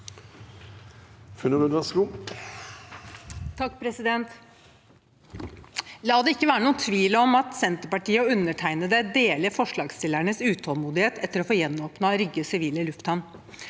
La det ikke være noen tvil om at Senterpartiet og undertegnede deler forslagsstillernes utålmodighet etter å få gjenåpnet Rygge sivile lufthavn.